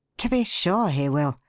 to be sure he will.